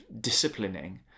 disciplining